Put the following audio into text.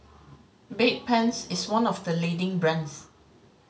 Bedpans is one of the leading brands